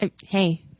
Hey